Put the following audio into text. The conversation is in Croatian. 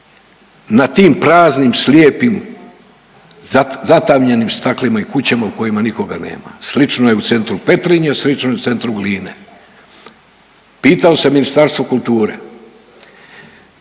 na tim praznim, slijepim, zatamljenim staklima i kućama u kojima nikoga nema. Slično je u centru Petrinje, slično je u centru Gline. Pitao sam Ministarstvo kulture,